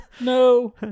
No